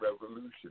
revolution